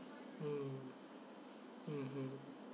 mm mmhmm